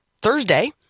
Thursday